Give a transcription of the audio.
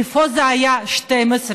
איפה זה היה 12 שנה?